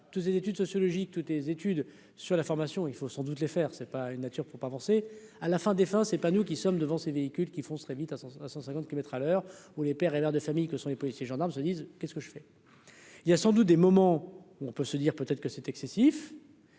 tous études sociologiques tous tes études sur la formation, il faut sans doute les faire c'est pas une nature faut pas penser à la fin des fins, c'est pas nous qui sommes devant ces véhicules qui font ça vite à 100 à 100 50 kilomètres à l'heure où les pères et mères de famille que sont les policiers, gendarmes, se disent qu'est-ce que je fais, il y a sans doute des moments où on peut se dire peut-être que c'est excessif.